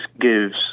gives